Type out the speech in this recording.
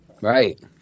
Right